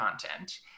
content